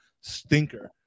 stinker